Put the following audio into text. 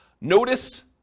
Notice